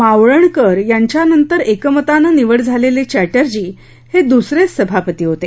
मावळणकर यांच्या नंतर एकमताने निवड झालेले चॅटर्जी हे दुसरेच सभापती होते